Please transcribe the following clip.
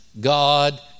God